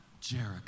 Jericho